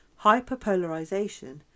hyperpolarization